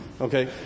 okay